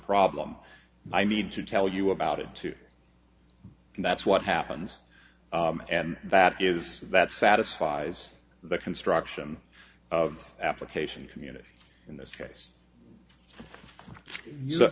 problem i need to tell you about it too and that's what happens and that is that satisfies the construction of application community in this case you